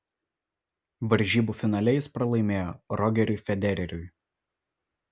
varžybų finale jis pralaimėjo rogeriui federeriui